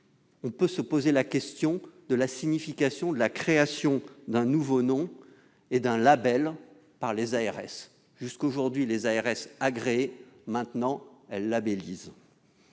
cette crise, quelle peut être la signification de la création d'un nouveau nom et d'un label par les ARS ? Jusqu'à aujourd'hui, les ARS agréaient ; maintenant, elles labellisent